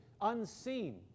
unseen